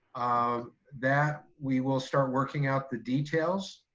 um that we will start working out the details.